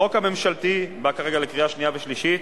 החוק הממשלתי מגיע כרגע לקריאה שנייה ושלישית,